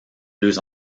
deux